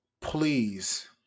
Please